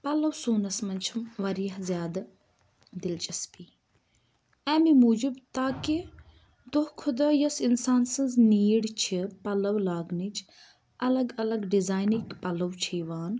پَلَو سُونَس منٛز چھِم واریاہ زیادٕ دِلچَسپی امہِ موجوب تاکہِ دۄہ کھۄتہٕ دۄہ یۄس اِنسان سٕنٛز نیڈ چھِ پَلَو لاگنٕچ اَلَگ اَلَگ ڈِزاینٕکۍ پَلو چھِ یِوان